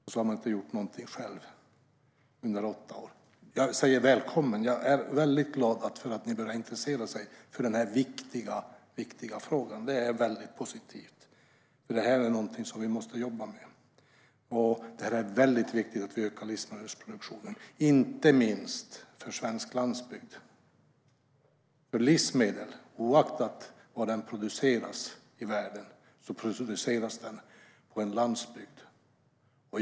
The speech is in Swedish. Och så har de inte gjort någonting själva under åtta år. Jag säger: Välkomna! Jag är glad över att ni börjar intressera er för denna viktiga fråga. Det är positivt, för detta är något vi måste jobba med. Det är viktigt att vi ökar livsmedelsproduktionen, inte minst för svensk landsbygd. Oavsett var i världen livsmedel produceras så produceras de på en landsbygd.